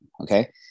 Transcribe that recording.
Okay